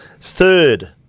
Third